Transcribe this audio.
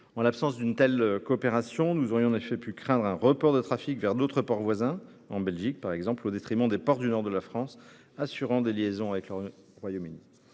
en l'absence d'une telle coopération, nous aurions pu craindre un report de trafic vers d'autres ports voisins- en Belgique, par exemple -, au détriment des ports du nord de la France assurant des liaisons avec le Royaume-Uni.